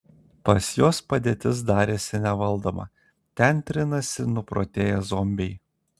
pas juos padėtis darėsi nevaldoma ten trinasi nuprotėję zombiai